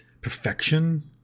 Perfection